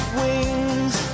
wings